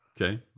Okay